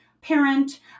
parent